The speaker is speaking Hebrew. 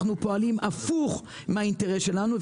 אנחנו פועלים הפוך מהאינטרס שלנו.